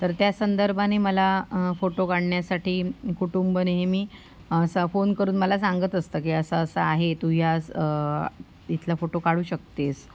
तर त्या संदर्भाने मला फोटो काढण्यासाठी कुटुंब नेहमी असं फोन करून मला सांगत असतं की असं असं आहे तू याच इथला फोटो काढू शकतेस